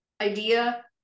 idea